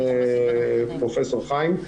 פרופ' חיים,